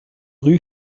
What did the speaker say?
rue